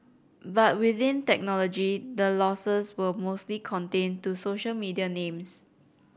but within technology the losses were mostly contained to social media names